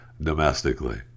domestically